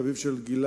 אביו של גלעד,